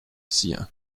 tian